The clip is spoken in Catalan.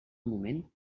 moment